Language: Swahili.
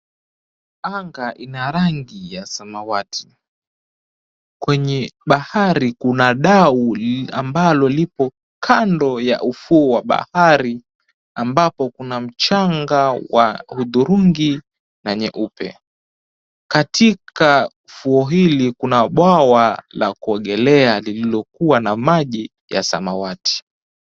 Anga ina rangi ya samawati. Kwenye bahari kuna dau ambalo lipo kando ya ufuo wa bahari, ambapo kuna mchanga wa hudhurungi na nyeupe. Katika fuo hili kuna bwawa la kuogelea lililokuwa na maji ya samawati.